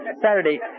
Saturday